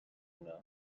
هنا